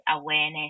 awareness